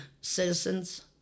citizens